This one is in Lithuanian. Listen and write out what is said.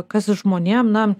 kas žmonėm na